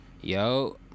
Yo